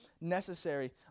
necessary